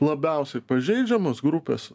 labiausiai pažeidžiamos grupės